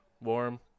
warm